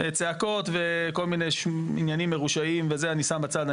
צעקות וכל מיני עניינים מרושעים וזה אני שם בצד.